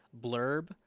blurb